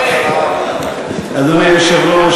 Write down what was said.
אדוני היושב-ראש,